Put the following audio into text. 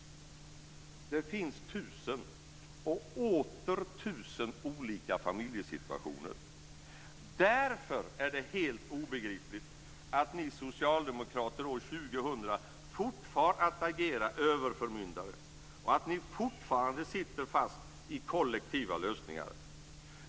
Det finns tusen och åter tusen olika familjesituationer. Därför är det helt obegripligt att ni socialdemomkrater år 2000 fortfar att agera överförmyndare och att ni fortfarande sitter fast i kollektiva lösningar.